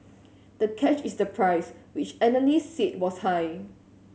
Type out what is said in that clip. the catch is the price which analysts seed was high